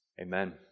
Amen